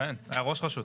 ראש רשות.